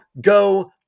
Go